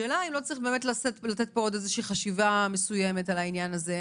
השאלה אם לא צריך לעשות פה עוד חשיבה מסוימת על העניין הזה.